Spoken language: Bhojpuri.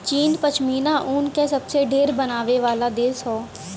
चीन पश्मीना ऊन क सबसे ढेर बनावे वाला देश हौ